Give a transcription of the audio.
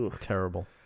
Terrible